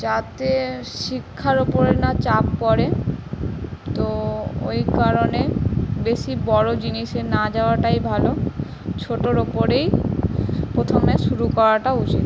যাতে শিক্ষার উপরে না চাপ পড়ে তো ওই কারণে বেশি বড় জিনিসে না যাওয়াটাই ভালো ছোটর উপরেই প্রথমে শুরু করাটা উচিত